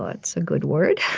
that's a good word.